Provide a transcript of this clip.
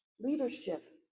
Leadership